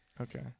Okay